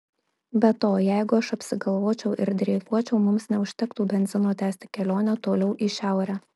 be to jeigu aš apsigalvočiau ir dreifuočiau mums neužtektų benzino tęsti kelionę toliau į šiaurę